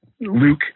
luke